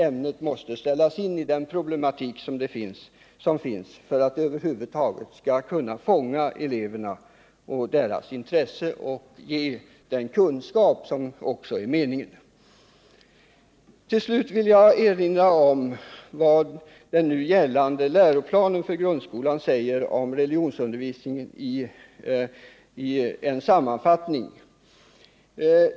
Ämnet måste ställas in i den problematik som finns för att det över huvud taget skall kunna fånga elevernas intresse och ge dem den kunskap som det är meningen att de skall få. Till slut vill jag sammanfattningsvis erinra om vad den nu gällande läroplanen för grundskolan säger om religionsundervisningen.